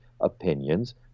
opinions